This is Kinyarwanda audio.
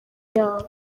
yabo